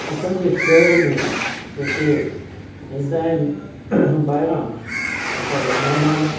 असांजे शहर में जे के ईंदा आहिनि ॿाहिरां असांजा महिमान